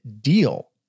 Deal